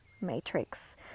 matrix